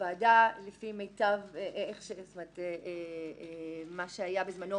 בזמנו